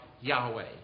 Yahweh